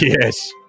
Yes